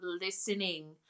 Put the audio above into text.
listening